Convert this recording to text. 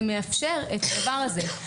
זה מאפשר את הדבר הזה.